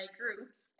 groups